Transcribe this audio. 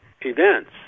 events